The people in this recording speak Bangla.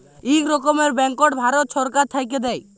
ইক রকমের ব্যাংকট ভারত ছরকার থ্যাইকে দেয়